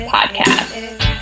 Podcast